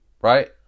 Right